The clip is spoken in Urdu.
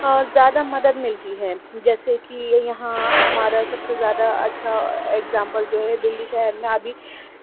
بہت زیادہ مدد ملتی ہے جیسے کہ یہاں ہمارا سب سے زیادہ اچھا اکزامپل جو ہے دلّی شہر میں ابھی